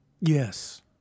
Yes